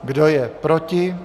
Kdo je proti?